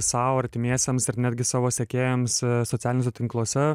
sau artimiesiems ir netgi savo sekėjams socialiniuose tinkluose